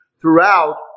throughout